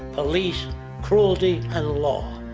police cruelty and law.